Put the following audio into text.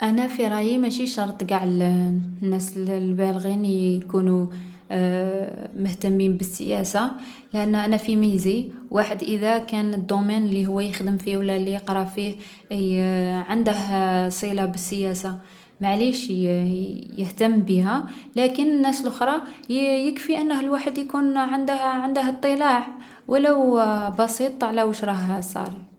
انا في رايي ماشي شرط قاع الـ الناس الـ البالغين يـ يكونو مهتمين بالسياسة، لأنها أنا في ميزي الواحد اذا كان الدومان لي هو يخدم فيه و لا لي يقرا فيه يـ عنده صلة بالسياسة ماعليش يـ يـ يهتم بيها. لكن الناس لخرى، يـ يكفي أنه الواحد يكون عنده عنده اطلاع ولو بسيط على واش راه صاري.